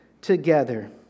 together